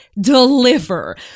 deliver